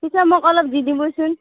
পিছে মোক অলপ দি দিবচোন